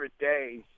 days